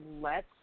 lets